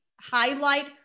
highlight